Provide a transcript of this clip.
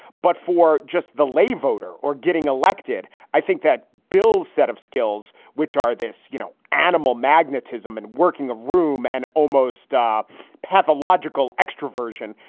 but for just the lay voter or getting elected, i think that bill's set of skills, which are this, you know, animal magnetism and working a room and almost stop pathological extroversion,